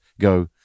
go